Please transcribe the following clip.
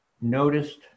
noticed